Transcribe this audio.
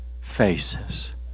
faces